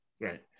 Right